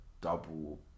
double